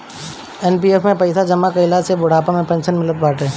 NPF में पईसा जमा कईला पे बुढ़ापा में पेंशन मिलत बाटे